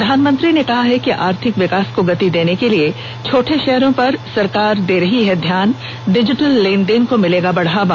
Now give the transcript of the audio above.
प्रधानमंत्री ने कहा है कि आर्थिक विकास को गति देने के लिए छोटे शहरों पर सरकार दे रही है ध्यान डिजिटल लेन देन को मिलेगा बढ़ावा